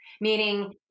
Meaning